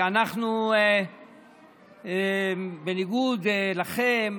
שאנחנו, בניגוד לכם,